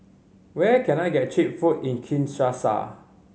where can I get cheap food in Kinshasa